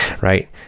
right